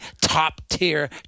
top-tier